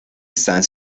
estaban